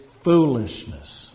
foolishness